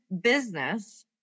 business